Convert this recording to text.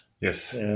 Yes